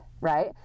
right